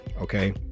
okay